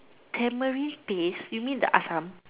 turmeric paste you mean the assam